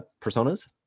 personas